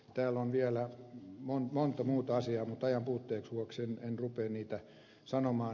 täällä on vielä monta muuta asiaa mutta ajanpuutteen vuoksi en rupea niitä sanomaan